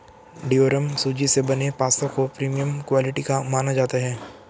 durum सूजी से बने पास्ता को प्रीमियम क्वालिटी का माना जाता है